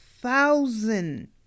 thousand